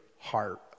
heart